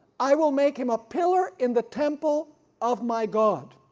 i will make him a pillar in the temple of my god,